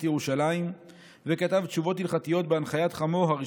ירושלים וכתב תשובות הלכתיות בהנחיית חמיו,